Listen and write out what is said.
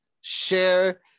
share